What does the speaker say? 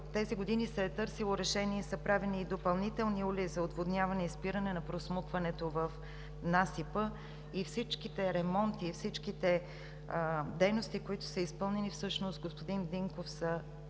тези години се е търсило решение и са правени и допълнителни улеи за отводняване и спиране на просмукването в насипа. Всичките ремонти и дейности, които са изпълнени, всъщност, господин Динков, са